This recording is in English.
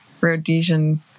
rhodesian